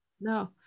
No